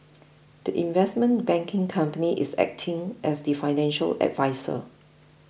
the investment banking company is acting as the financial adviser